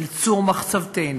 אל צור מחצבתנו,